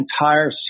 entire